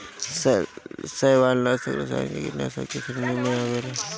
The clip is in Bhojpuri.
शैवालनाशक रसायन भी कीटनाशाक के श्रेणी में ही आवेला